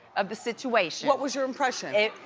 of the situation. what was your impression? it.